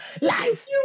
Life